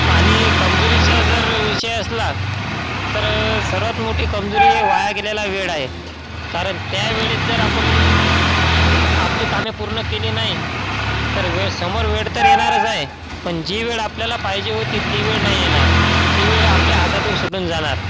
आणि कमजोरीचा जर विषय असला तर सर्वात मोठी कमजोरी ही वाया गेलेला वेळ आहे कारण त्यावेळेत जर आपण आपली कामे पूर्ण केली नाही तर वेळ समोर वेळ तर येणारच आहे पण जी वेळ आपल्याला पाहिजे होती ती वेळ नाही येणार ती वेळ आपल्या हातातून सुटून जाणार